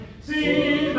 see